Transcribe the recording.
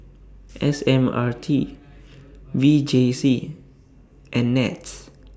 S M R T V J C and Nets